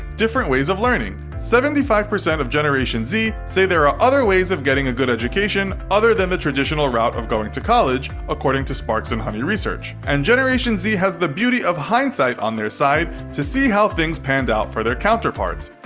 different ways of learning seventy five percent of generation z say there are other ways of getting a good education other than the traditional route of going to college, according to sparks and honey research. and generation z has the beauty of hindsight on their side to see how things panned out for their counterparts.